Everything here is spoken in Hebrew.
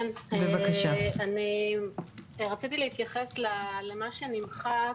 אני רציתי להתייחס למה שנמחק,